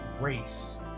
race